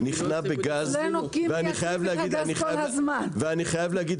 מדינת ישראל ניחנה בגז, ואני חייב להגיד